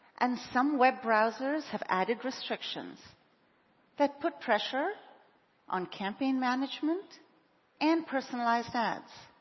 and some web browsers have added restrictions that put pressure on campaign management and personalized ads.